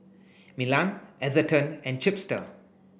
Milan Atherton and Chipster